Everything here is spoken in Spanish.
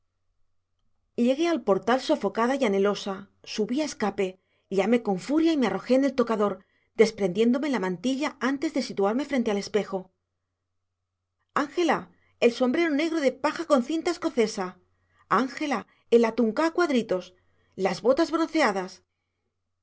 llegué al portal sofocada y anhelosa subí a escape llamé con furia y me arrojé en el tocador desprendiéndome la mantilla antes de situarme frente al espejo ángela el sombrero negro de paja con cinta escocesa ángela el antucá a cuadritos las botas bronceadas